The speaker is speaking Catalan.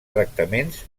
tractaments